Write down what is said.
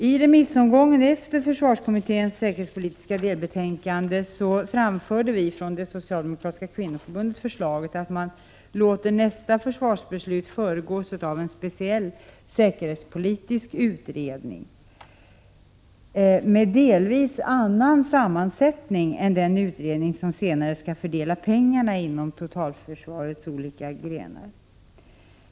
I remissomgången efter försvarskommitténs säkerhetspolitiska delbetänkande framförde vi från det socialdemokratiska kvinnoförbundet förslaget att man skulle låta nästa försvarsbeslut föregås av en speciell säkerhetspolitisk utredning med en delvis annan sammansättning än den utredning som senare skall fördela pengarna inom totalförsvarets olika grenar.